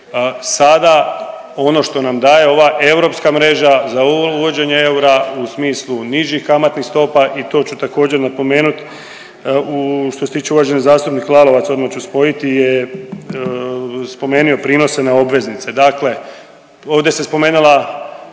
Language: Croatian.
sada ono što nam daje ova europska mreža za ovo uvođenje eura u smislu nižih kamatnih stopa i to ću također napomenut, što se tiče uvaženi zastupnik Lalovac odmah ću spojiti je spomenuo prinose na obveznice. Dakle, ovdje se spomenula